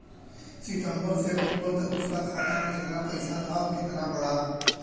सितंबर से अक्टूबर तक उसका खाता में कीतना पेसा था और कीतना बड़ा?